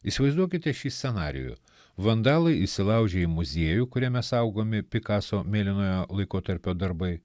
įsivaizduokite šį scenarijų vandalai įsilaužė į muziejų kuriame saugomi pikaso mėlynojo laikotarpio darbai